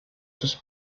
sus